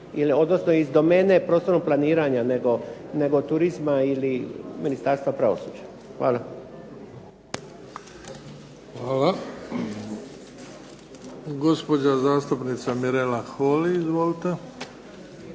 odnosno iz domene prostornog planiranja, nego turizma ili Ministarstva pravosuđa. Hvala. **Bebić, Luka (HDZ)** Hvala. Gospođa zastupnica Mirela Holy. Izvolite.